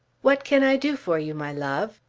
what can i do for you, my love?